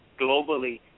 globally